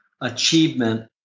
achievement